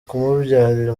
kumubyarira